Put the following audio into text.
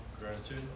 Gratitude